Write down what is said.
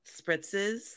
spritzes